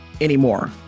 anymore